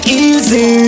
easy